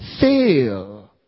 fail